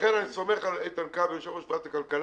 ולכן אני סומך על איתן כבל, יושב-ראש ועדת הכלכלה,